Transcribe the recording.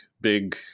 big